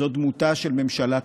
זאת דמותה של ממשלה קורסת.